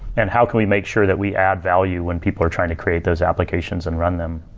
and how can we make sure that we add value when people are trying to create those applications and run them?